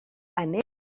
anem